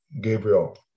Gabriel